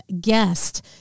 guest